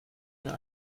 mir